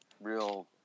real